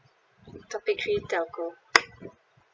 topic three telco